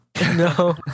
no